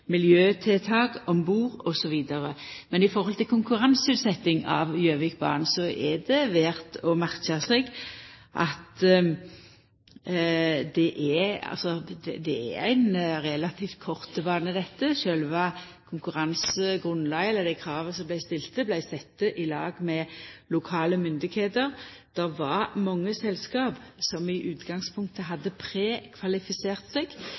miljøtiltak om bord osv. Men når det gjeld konkurranseutsetjing av Gjøvikbanen, er det verdt å merka seg at dette er ein relativt kort bane. Sjølve konkurransegrunnlaget, eller dei krava som vart stilte, vart sette i lag med lokale myndigheiter. Det var mange selskap som i utgangspunktet hadde prekvalifisert seg,